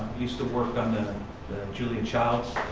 used to work on and the julia child's